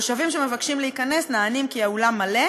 תושבים שמבקשים להיכנס נענים כי האולם מלא,